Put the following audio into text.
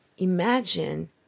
Imagine